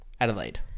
Adelaide